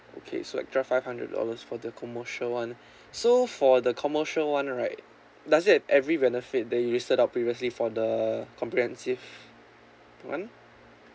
okay so extra five hundred dollars for the commercial [one] so for the commercial [one] right does it have every benefit they used it up previously for the comprehensive [one]